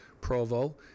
Provo